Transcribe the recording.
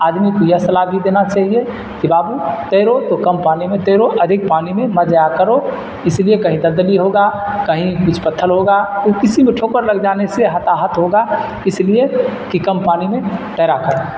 آدمی کو یہ صلاح بھی دینا چاہیے کہ بابو تیرو تو کم پانی میں تیرو ادھک پانی میں مت جایا کرو اس لیے کہیں دلدلی ہوگا کہیں کچھ پتھر ہوگا کسی میں ٹھوکر لگ جانے سے ہتاہت ہوگا اس لیے کہ کم پانی میں تیرا کرے